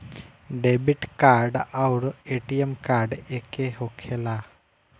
Debit card आउर ATM card एके होखेला?